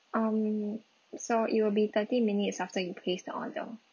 um so it will be thirty minutes after you place the order